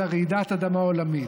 אלא רעידת אדמה עולמית.